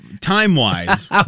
time-wise